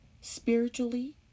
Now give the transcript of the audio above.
spiritually